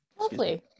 Lovely